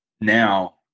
now